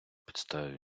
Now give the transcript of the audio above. підставі